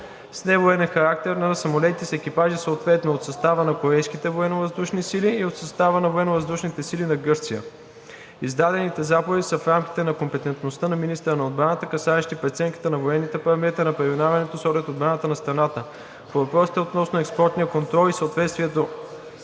с невоенен характер на самолети с екипажи съответно от състава на корейските Военновъздушни сили и от състава на Военновъздушните сили на Гърция. Издадените заповеди са в рамките на компетентността на министъра на отбраната, касаещи преценката на военните параметри на преминаването. С оглед отбраната на страната по въпросите относно експортния контрол и съответствието